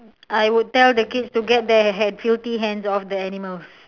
I would tell the kids to get their filthy hands off the animals